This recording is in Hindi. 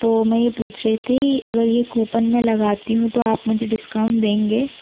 तो मैं ये पूछ रही थी अगर ये कूपन मैं लगाती हूँ तो आप मुझे डिस्काउंट देंगे